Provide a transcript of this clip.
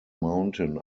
mountain